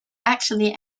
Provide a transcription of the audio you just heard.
actually